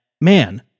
man